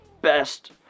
best